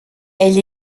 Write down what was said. elle